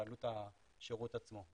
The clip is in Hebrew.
בעלות השירות עצמו.